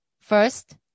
First